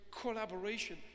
collaboration